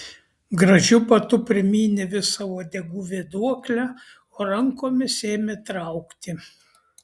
gražiu batu primynė visą uodegų vėduoklę o rankomis ėmė traukti